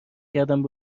کردم